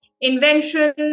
Invention